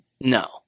No